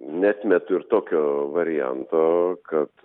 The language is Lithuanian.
neatmetu ir tokio varianto kad